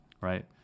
Right